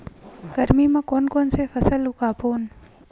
गरमी मा कोन कौन से फसल उगाबोन?